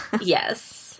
Yes